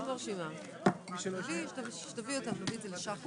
הישיבה ננעלה בשעה